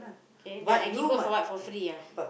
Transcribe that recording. okay then I give birth for what for free ah